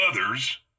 others